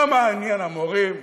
לא מעניין המורים,